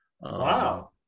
Wow